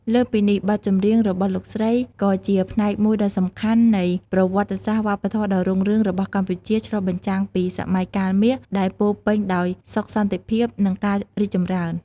លើសពីនេះ បទចម្រៀងរបស់លោកស្រីក៏ជាផ្នែកមួយដ៏សំខាន់នៃ ប្រវត្តិសាស្ត្រវប្បធម៌ដ៏រុងរឿង របស់កម្ពុជា ឆ្លុះបញ្ចាំងពី "សម័យកាលមាស" ដែលពោរពេញដោយសុខសន្តិភាព និងការរីកចម្រើន។